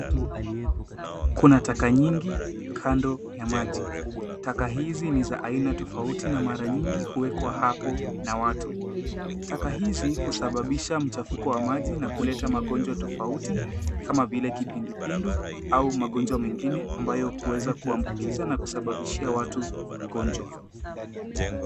Kuna taka nyingi kando ya maji. Taka hizi ni za aina tofauti na mara nyingi huwekwa hapo na watu. Taka hizi husababisha mchafuko wa maji na kuleta magonjwa tofauti kama vile kipindupindi au magonjwa mengine ambayo kuweza kuambukiza na kusababishia watu ugonjwa.